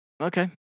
Okay